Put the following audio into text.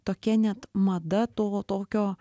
tokia net mada to tokio